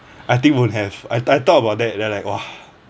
I think won't have I I thought about that then like !wah!